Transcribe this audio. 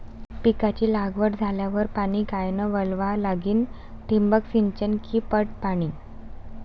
पिकाची लागवड झाल्यावर पाणी कायनं वळवा लागीन? ठिबक सिंचन की पट पाणी?